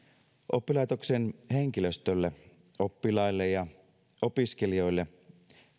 oppilaitoksen henkilöstölle oppilaille ja opiskelijoille